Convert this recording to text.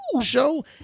show